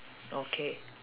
okay